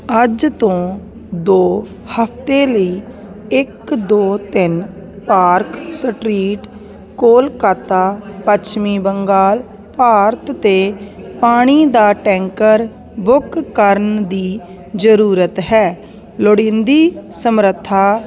ਅੱਜ ਤੋਂ ਦੋ ਹਫ਼ਤੇ ਲਈ ਇੱਕ ਦੋ ਤਿੰਨ ਪਾਰਕ ਸਟ੍ਰੀਟ ਕੋਲਕਾਤਾ ਪੱਛਮੀ ਬੰਗਾਲ ਭਾਰਤ 'ਤੇ ਪਾਣੀ ਦਾ ਟੈਂਕਰ ਬੁੱਕ ਕਰਨ ਦੀ ਜ਼ਰੂਰਤ ਹੈ ਲੋੜੀਂਦੀ ਸਮਰੱਥਾ